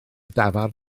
dafarn